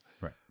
Right